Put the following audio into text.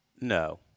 No